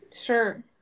Sure